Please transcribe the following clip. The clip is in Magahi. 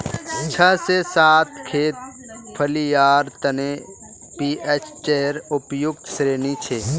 छह से सात खेत फलियार तने पीएचेर उपयुक्त श्रेणी छे